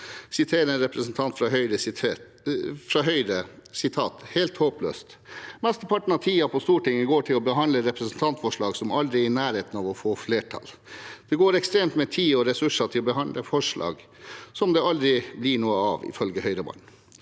en representant fra Høyre: «Helt håpløst: Mesteparten av tiden på Stortinget går til å behandle representantforslag som aldri er i nærheten av å få flertall». Han sier: «Det går ekstremt med tid og ressurser til å behandle forslag som det aldri blir noe av, ifølge Høyre-mannen.